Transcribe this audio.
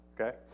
Okay